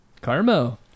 Carmo